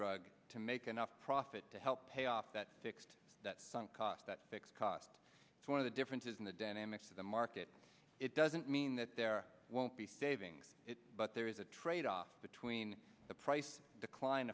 drug to make enough profit to help pay off that fixed that sunk cost that fixed cost one of the differences in the dynamics of the market it doesn't mean that there won't be savings it but there is a tradeoff between the price decline